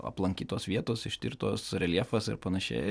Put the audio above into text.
aplankytos vietos ištirtos reljefas ir panašiai